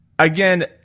Again